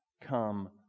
come